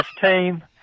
team